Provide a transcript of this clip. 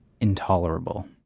intolerable